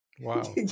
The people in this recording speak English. Wow